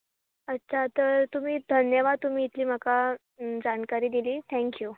अच्छा तर तुमी धन्यवाद तुमी इतली म्हाका जानकारी दिली थँक यू